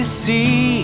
see